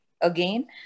again